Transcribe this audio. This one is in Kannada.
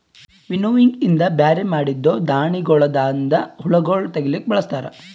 ವಿನ್ನೋವಿಂಗ್ ಇಂದ ಬ್ಯಾರೆ ಮಾಡಿದ್ದೂ ಧಾಣಿಗೊಳದಾಂದ ಹುಳಗೊಳ್ ತೆಗಿಲುಕ್ ಬಳಸ್ತಾರ್